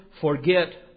forget